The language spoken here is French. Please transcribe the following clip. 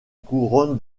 couronne